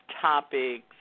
topics